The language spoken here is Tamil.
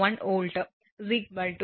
01 V 110